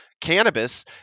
cannabis